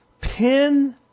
pin